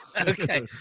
Okay